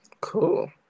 Cool